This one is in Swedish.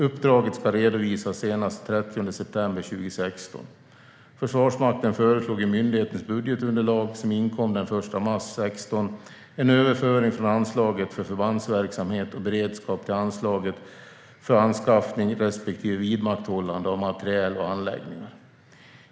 Uppdraget ska redovisas senast den 30 september 2016. Försvarsmakten föreslog i myndighetens budgetunderlag som inkom den 1 mars 2016 en överföring från anslaget för förbandsverksamhet och beredskap till anslaget för anskaffning respektive vidmakthållande av materiel och anläggningar.